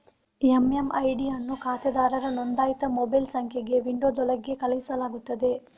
MMID ಅನ್ನು ಖಾತೆದಾರರ ನೋಂದಾಯಿತ ಮೊಬೈಲ್ ಸಂಖ್ಯೆಗೆ ವಿಂಡೋದೊಳಗೆ ಕಳುಹಿಸಲಾಗುತ್ತದೆ